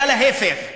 אלא להפך,